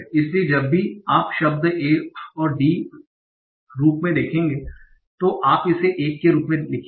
इसलिए जब भी आप शब्द a और D रूप में देखेंगे तो आप इसे 1 के रूप में लिखेंगे